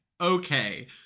okay